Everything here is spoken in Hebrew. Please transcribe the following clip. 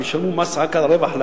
וישלמו מס רק על הרווח,